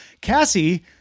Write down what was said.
Cassie